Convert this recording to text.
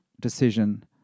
decision